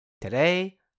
Today